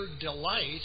delight